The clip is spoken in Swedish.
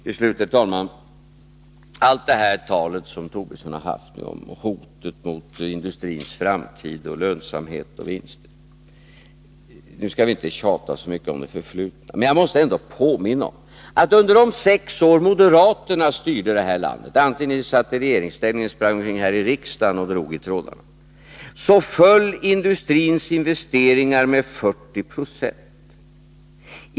Till slut, herr talman, några ord med anledning av allt detta tal om hotet mot industrins framtid och lönsamhet och vinster som Lars Tobisson kommit med. Nu skall vi inte tjata så mycket om det förflutna, men jag måste ändå påminna om att under de sex år moderaterna styrde det här landet — vare sig ni satt i regeringsställning eller sprang omkring här i riksdagen och drog i trådarna — så föll industrins investeringar med 40 96.